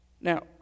Now